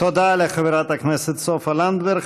תודה לחברת הכנסת סופה לנדבר.